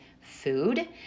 food